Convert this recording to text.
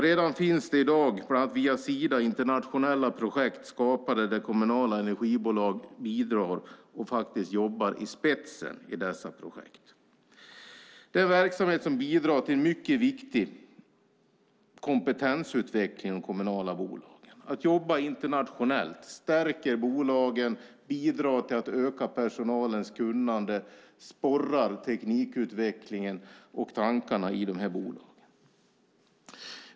Det finns redan i dag, bland annat via Sida, internationella projekt där kommunala energibolag bidrar och jobbar i spetsen. Det är en verksamhet som bidrar till mycket viktig kompetensutveckling i de kommunala bolagen. Att jobba internationellt stärker bolagen, bidrar till att öka personalens kunnande och sporrar teknikutvecklingen och tankarna i dessa bolag.